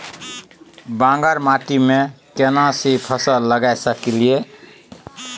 बांगर माटी में केना सी फल लगा सकलिए?